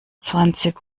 zwanzig